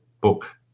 book